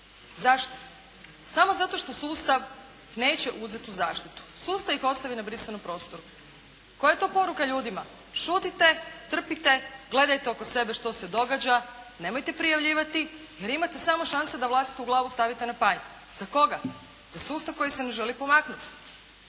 Zašto? Samo zato što sustav neće uzeti u zaštitu. Sustav ih ostavi na brisanom prostoru. Koja je to poruka ljudima? Šutite, trpite. Gledajte oko sebe što se događa. Nemojte prijavljivati jer imate samo šanse da vlastitu glavu stavite na panj. Za koga? Za sustav koji se ne želi pomaknuti.